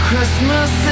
Christmas